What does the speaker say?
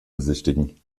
besichtigen